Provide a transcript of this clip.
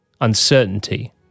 uncertainty